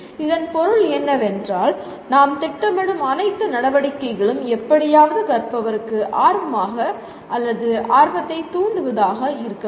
இதன் பொருள் என்னவென்றால் நாம் திட்டமிடும் அனைத்து நடவடிக்கைகளும் எப்படியாவது கற்பவருக்கு ஆர்வமாக ஆர்வத்தை தூண்டுவதாக இருக்க வேண்டும்